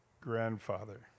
grandfather